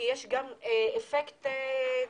כי יש גם אפקט צדדי,